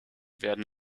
werden